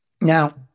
Now